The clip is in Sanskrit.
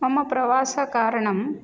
मम प्रवासकारणं